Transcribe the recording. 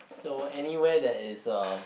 so anywhere that is uh